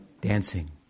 dancing